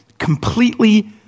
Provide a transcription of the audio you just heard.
completely